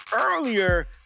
earlier